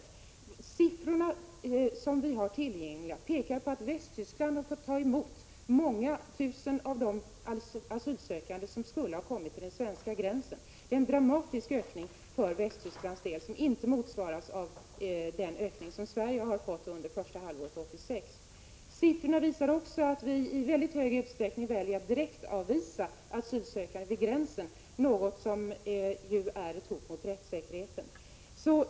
De siffror som vi har tillgängliga pekar på att Västtyskland har fått ta emot många tusen av de asylsökande som skulle ha kommit till den svenska gränsen. Det är en dramatisk ökning för Västtysklands del som inte motsvaras av den ökning som Sverige har fått under första halvåret 1986. Siffrorna visar också att vi i mycket stor utsträckning väljer att direktavvisa asylsökande vid gränsen, något som är ett hot mot rättssäkerheten.